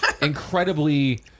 incredibly